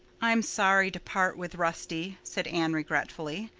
i'm sorry to part with rusty, said anne regretfully,